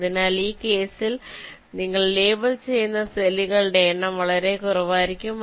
അതിനാൽ ഈ കേസിൽ നിങ്ങൾ ലേബൽ ചെയ്യുന്ന സെല്ലുകളുടെ എണ്ണം വളരെ കുറവായിരിക്കും